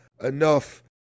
enough